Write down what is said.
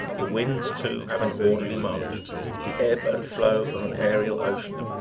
the winds, too, have an orderly march the ebb and flow of an aerial ocean.